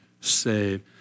saved